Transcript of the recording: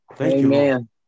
Amen